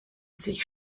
sich